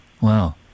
wow